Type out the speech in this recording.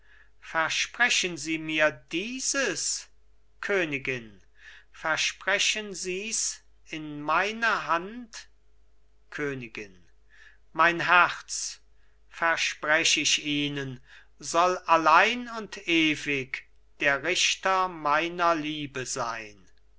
versprechen sie mir dieses königin versprechen sies in meine hand königin mein herz versprech ich ihnen soll allein und ewig der richter meiner liebe sein